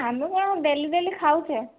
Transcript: ଆମେ କ'ଣ daily daily ଖାଉଛେ